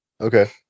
Okay